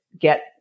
get